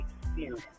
experience